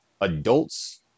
Adults